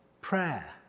prayer